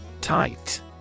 Tight